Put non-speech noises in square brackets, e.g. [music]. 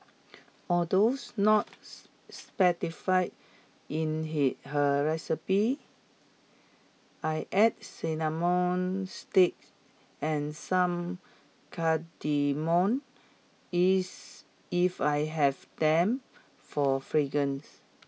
although [unintelligible] not specified in he her recipe I add cinnamon stick and some cardamom is if I have them for fragrance